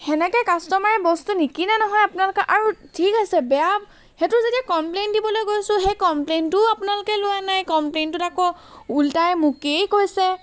সেনেকৈ কাষ্টমাৰে বস্তু নিকিনে নহয় আপোনালোকৰ আৰু ঠিক আছে বেয়া সেইটো বেয়া যেতিয়া কম্প্লেইণ্ট দিবলৈ গৈছোঁ সেই কম্প্লেইণ্টটোও আপোনালোকে লোৱা নাই কম্প্লেইণ্টটোত আকৌ ওল্টাই মোকেই কৈছে